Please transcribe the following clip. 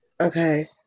Okay